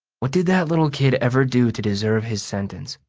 what did that little kid ever do to deserve his sentence?